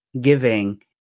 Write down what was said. giving